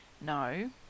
no